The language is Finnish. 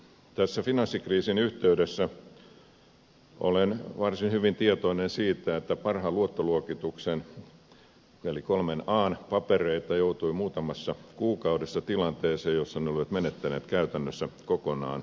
tässä finanssikriisin yhteydessä olen varsin hyvin tietoinen siitä että parhaan luottoluokituksen eli kolmen an papereita joutui muutamassa kuukaudessa tilanteeseen jossa ne olivat menettäneet käytännössä kokonaan arvonsa